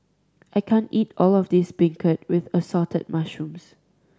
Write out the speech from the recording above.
I can't eat all of this beancurd with Assorted Mushrooms